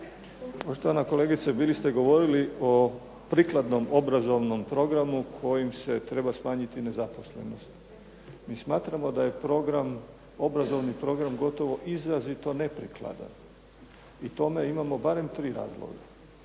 Štovana kolegice bili ste govorili o prikladnom obrazovnom programu kojim se treba smanjiti nezaposlenost. Mi smatramo da je program, obrazovni program gotovo izrazito neprikladan i tome imamo barem 3 razloga.